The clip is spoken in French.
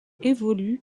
évolue